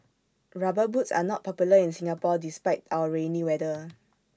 rubber boots are not popular in Singapore despite our rainy weather